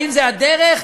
זו הדרך?